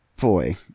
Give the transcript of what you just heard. Boy